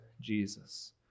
Jesus